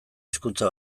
hizkuntza